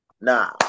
Nah